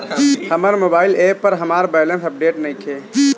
हमर mobile app पर हमर बैलेंस अपडेट नइखे